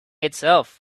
itself